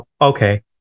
okay